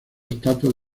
estatuas